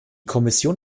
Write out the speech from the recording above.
kommission